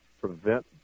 Prevent